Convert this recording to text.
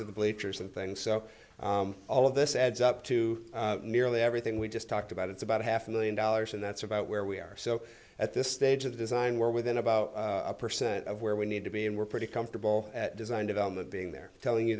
of the bleachers and things so all of this adds up to nearly everything we just talked about it's about half a million dollars and that's about where we are so at this stage of the design we're within about a percent of where we need to be and we're pretty comfortable at design development being there telling you